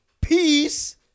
peace